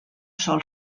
sol